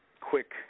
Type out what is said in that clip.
quick